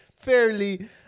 fairly